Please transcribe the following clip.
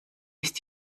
ist